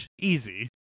Easy